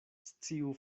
sciu